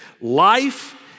Life